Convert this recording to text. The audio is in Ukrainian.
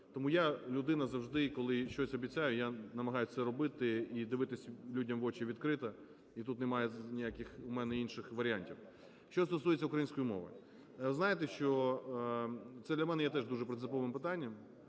Тому я, людина завжди, коли щось обіцяю, я намагаюсь це робити і дивитися людям в очі відкрито, і тут немає ніяких у мене інших варіантів. Що стосується української мови. Знаєте, що це для мене є теж дуже принциповим питанням,